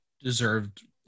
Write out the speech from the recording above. deserved